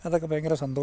അതൊക്കെ ഭയങ്കര സന്തോഷവും